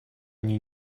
они